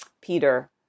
Peter